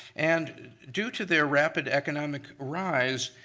and due to their rapid economic rise,